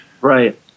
right